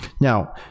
Now